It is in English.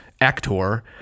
actor